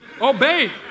Obey